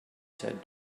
said